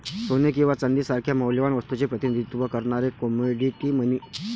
सोने किंवा चांदी सारख्या मौल्यवान वस्तूचे प्रतिनिधित्व करणारे कमोडिटी मनी